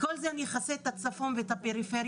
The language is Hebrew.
כל זה אני אכסה את הצפון ואת הפריפריה,